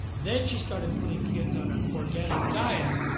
then she started putting kids on an organic diet,